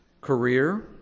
career